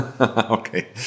Okay